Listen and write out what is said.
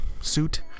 suit